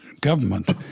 government